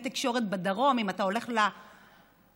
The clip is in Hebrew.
תקשורת בדרום אם אתה הולך לציבורית.